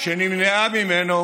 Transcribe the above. שנמנעה ממנו